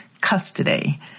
custody